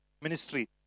ministry